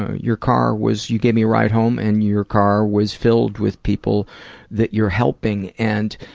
ah your car was, you gave me a ride home, and your car was filled with people that you're helping. and,